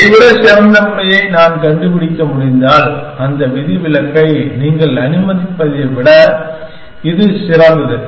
இதை விட சிறந்த முனையை நான் கண்டுபிடிக்க முடிந்தால்அந்த விதிவிலக்கை நீங்கள் அனுமதிப்பதை விட இது சிறந்தது